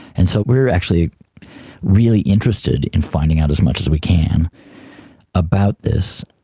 and so we were actually really interested in finding out as much as we can about this,